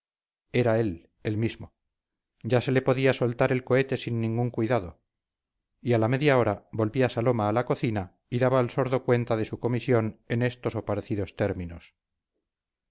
era él el mismo ya se le podía soltar el cohete sin ningún cuidado y a la media hora volvía saloma a la cocina y daba al sordo cuenta de su comisión en estos o parecidos